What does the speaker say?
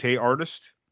artist